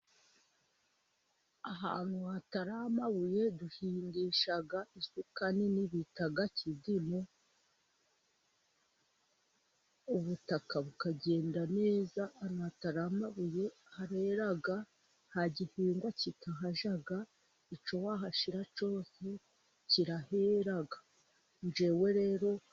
Ahantu hatari amabuye, duhingisha isuka nini bitaga kidimu, ubutaka bukagenda neza, ahantu hatari amabuye harera, nta gihingwa kitahajya, icyo wahashyira cyose, kirahera, ngewe rero...